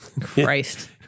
Christ